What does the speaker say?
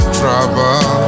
trouble